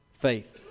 Faith